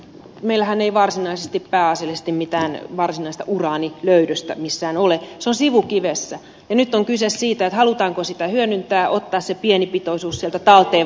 meillähän ei varsinaisesti pääasiallisesti mitään uraanilöydöstä missään ole se on sivukivessä ja nyt on kyse siitä halutaanko sitä hyödyntää ottaa se pieni pitoisuus sieltä talteen vai ei